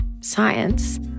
science